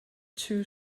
too